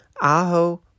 Aho